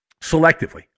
selectively